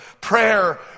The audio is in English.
Prayer